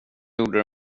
gjorde